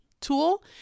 tool